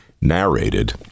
narrated